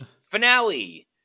finale